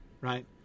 right